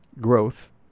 growth